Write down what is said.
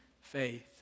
faith